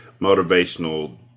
motivational